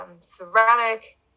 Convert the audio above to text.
ceramic